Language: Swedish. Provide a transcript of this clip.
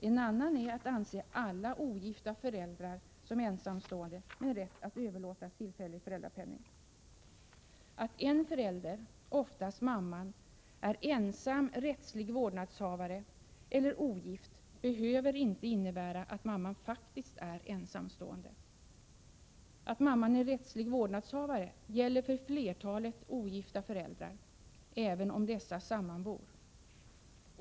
En annan är att anse alla ogifta föräldrar som ensamstående med rätt att överlåta tillfällig föräldrapenning. Att en förälder, oftast mamman, är ensam rättslig vårdnadshavare eller ogift behöver inte innebära att mamman faktiskt är ensamstående. Att mamman är rättslig vårdnadshavare gäller för flertalet ogifta föräldrar, även om dessa sammanbor.